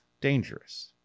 dangerous